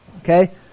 okay